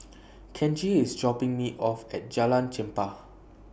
Kenji IS dropping Me off At Jalan Chempah